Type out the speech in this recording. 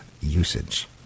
usage